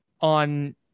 on